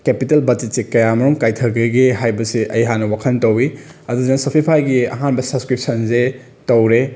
capital ꯕꯠꯖꯦꯠꯁꯦ ꯀꯌꯥ ꯃꯔꯣꯝ ꯀꯥꯏꯊꯈ꯭ꯔꯒꯦ ꯍꯥꯏꯕꯁꯦ ꯑꯩ ꯍꯥꯟꯅ ꯋꯥꯈꯜ ꯇꯧꯏ ꯑꯗꯨꯗꯨꯅ ꯁꯣꯄꯤꯐꯥꯏꯒꯤ ꯑꯍꯥꯟꯕ ꯁꯞꯁꯀ꯭ꯔꯤꯞꯁꯟꯁꯦ ꯇꯧꯔꯦ